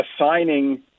assigning